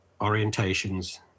orientations